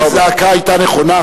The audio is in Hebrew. אם הזעקה היתה נכונה,